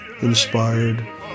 inspired